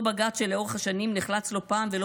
אותו בג"ץ שלאורך השנים נחלץ לא פעם ולא